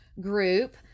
group